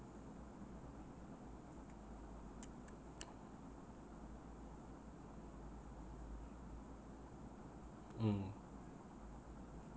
mm